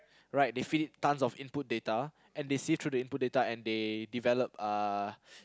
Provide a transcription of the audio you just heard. right they feed it tons of input data and they sit through the input data and they develop uh